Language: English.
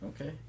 Okay